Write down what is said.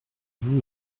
vous